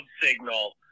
signal